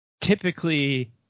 typically